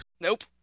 nope